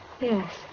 Yes